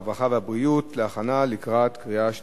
הרווחה והבריאות נתקבלה.